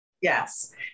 Yes